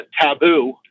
taboo